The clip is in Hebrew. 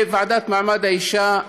והוועדה למעמד האישה,